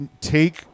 take